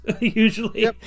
Usually